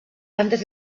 antes